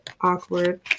awkward